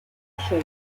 official